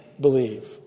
believe